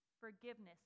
forgiveness